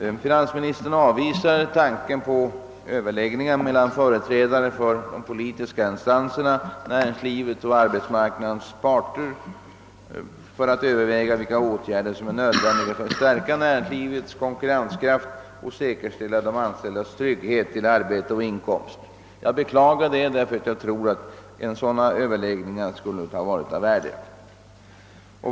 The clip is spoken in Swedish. Finansministern avvisar tanken på överläggningar mellan företrädare för de politiska instanserna, näringslivets och arbetsmarknadens parter i syfte att överväga vilka åtgärder som är nödvändiga för att stärka näringslivets konkurrenskraft och säkerställa de anställdas trygghet till arbete och inkomst. Jag beklagar det därför att jag tror att sådana överläggningar skulle vara av värde.